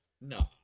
no